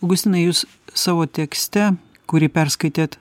augustinai jūs savo tekste kurį perskaitėt